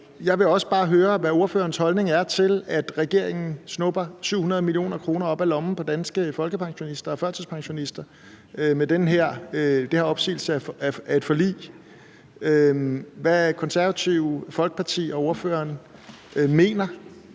Jeg vil også bare høre, hvad hr. Søren Pape Poulsens holdning er til, at regeringen snupper 700 mio. kr. op af lommen på danske folkepensionister og førtidspensionister med den her opsigelse af et forlig. Hvad mener Det Konservative Folkeparti og hr. Søren Pape